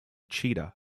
cheetah